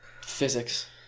physics